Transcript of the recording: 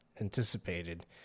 anticipated